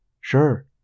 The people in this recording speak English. Sure